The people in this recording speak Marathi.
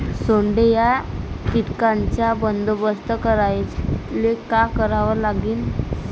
सोंडे या कीटकांचा बंदोबस्त करायले का करावं लागीन?